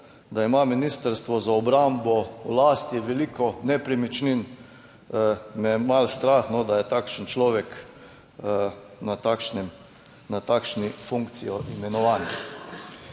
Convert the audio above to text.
da ima Ministrstvo za obrambo v lasti veliko nepremičnin, me je malo strah, da je takšen človek na takšnem, na takšni funkciji imenovanja.